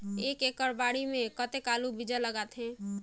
एक एकड़ बाड़ी मे कतेक आलू बीजा लगथे?